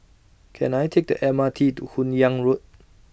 Can I Take The M R T to Hun Yeang Road